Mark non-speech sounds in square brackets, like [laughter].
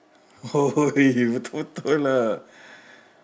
!oi! [laughs] betul-betul lah